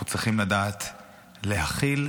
אנחנו צריכים לדעת להכיל,